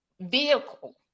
vehicle